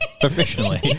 professionally